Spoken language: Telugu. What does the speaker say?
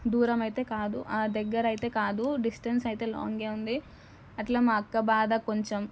దూరం అయితే కాదు దగ్గర అయితే కాదు డిస్టెన్స్ అయితే లాంగే ఉంది అట్లా మా అక్క బాధ కొంచం